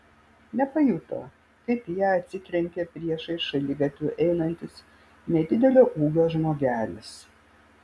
nepajuto kaip į ją atsitrenkė priešais šaligatviu einantis nedidelio ūgio žmogelis